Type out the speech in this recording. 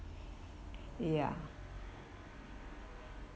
ya